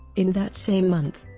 in that same month,